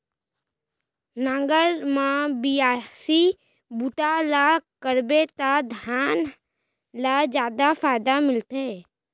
नांगर म बियासी बूता ल करबे त धान ल जादा फायदा मिलथे